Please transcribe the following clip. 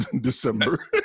December